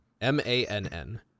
M-A-N-N